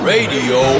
Radio